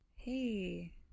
Hey